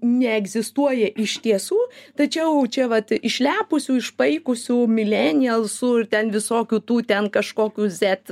neegzistuoja iš tiesų tačiau čia vat išlepusių išpaikusių milenialsų ir ten visokių tų ten kažkokių zet